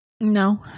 No